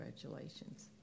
congratulations